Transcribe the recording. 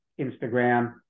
Instagram